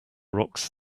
rocks